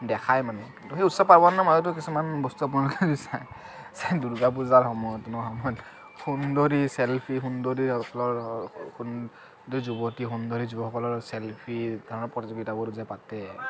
দেখাই মানে কিন্তু সেই উৎসৱ পাৰ্বণৰ মাজতো কিছুমান বস্তু আপোনালোকে যদি চায় দূৰ্গা পূজাৰ সময়তো সুন্দৰী চেল্ফি সুন্দৰী সুন্দৰী যুৱতী সুন্দৰী যুৱকসকলৰ চেল্ফি টাউনৰ প্ৰতিযোগিতাবোৰ যে পাতে